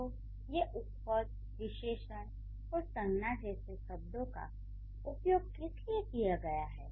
तो ये उपपद विशेषण और संज्ञा जैसे शब्दों का उपयोग किसलिए किया गया है